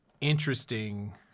interesting